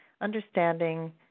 understanding